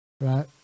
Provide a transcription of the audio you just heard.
right